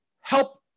help